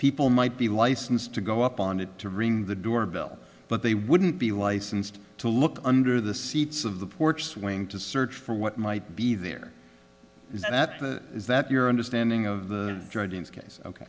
people might be licensed to go up on it to ring the doorbell but they wouldn't be licensed to look under the seats of the porch swing to search for what might be there that is that your understanding of the